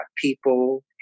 people